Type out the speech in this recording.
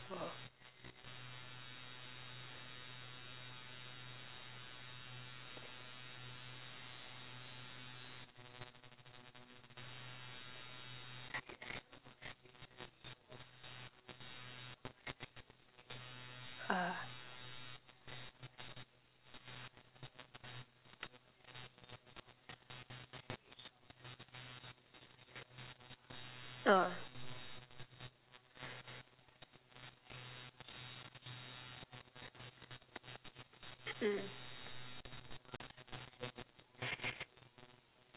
ah ah mm